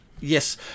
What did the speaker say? Yes